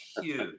huge